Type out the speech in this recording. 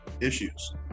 issues